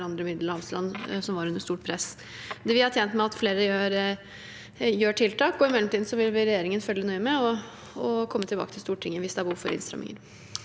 andre middelhavsland som var under stort press. Vi er tjent med at flere gjør tiltak. I mellomtiden vil regjeringen følge nøye med og komme tilbake til Stortinget hvis det er behov for innstramminger.